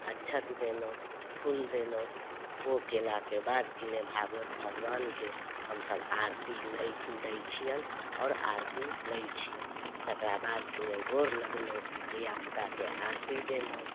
अच्छत देलहुँ फूल देलहुँ ओ केलाके बाद कि नइ भागवत भगवानके हमसब आरती लै दै छिअनि आओर आरती लै छिअनि तकरा बाद कि ने गोर लगलहुँ धिआपुताके आरती देलहुँ